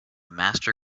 master